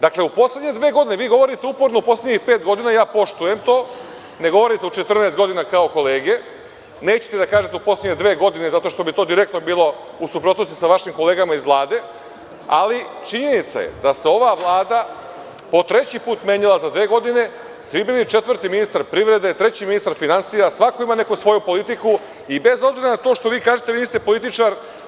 Dakle, u poslednje dve godine vi govorite uporno u poslednjih pet godina ja poštujem to, ne govorite u 14 godina kao kolege, nećete da kažete u poslednje dve godine zato što bi to direktno bilo u suprotnosti sa vašim kolegama iz Vlade, ali činjenica je da se ova Vlada po treći put menjala za dve godine, da ste vi bili četvrti ministar privrede, treći ministar finansija, svako ima neku svoju politiku i bez obzira na to što vi kažete vi ste političar.